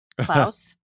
Klaus